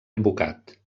advocat